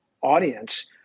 audience